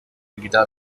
guitar